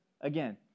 again